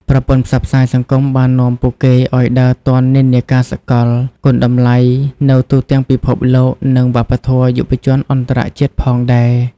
ប្រព័ន្ធផ្សព្វផ្សាយសង្គមបាននាំពួកគេឱ្យដើរទាន់និន្នាសកល គុណតម្លៃនៅទូទាំងពិភពលោក និងវប្បធម៌យុវជនអន្តរជាតិផងដែរ។